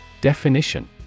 Definition